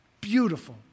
Beautiful